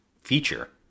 feature